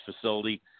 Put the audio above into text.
facility